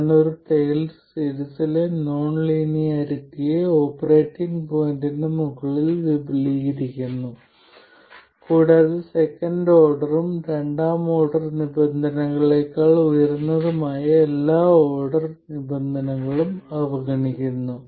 ഞാൻ ഒരു ടെയ്ലർ സീരീസിലെ നോൺ ലീനിയാരിറ്റിയെ ഓപ്പറേറ്റിംഗ് പോയിന്റിന് മുകളിൽ വിപുലീകരിക്കുന്നു കൂടാതെ സെക്കൻഡ് ഓർഡറും രണ്ടാം ഓർഡർ നിബന്ധനകളേക്കാൾ ഉയർന്നതുമായ എല്ലാ ഉയർന്ന ഓർഡർ നിബന്ധനകളും അവഗണിക്കുന്നു